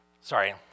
Sorry